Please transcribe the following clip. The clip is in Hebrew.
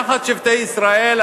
יחד שבטי ישראל,